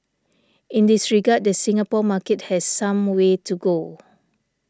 in this regard the Singapore market has some way to go